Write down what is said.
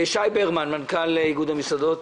שי ברמן, מנכ"ל איגוד המסעדות.